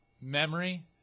Memory